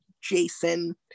jason